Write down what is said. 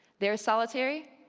they are solitary,